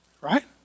right